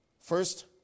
First